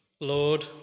Lord